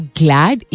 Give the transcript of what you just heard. glad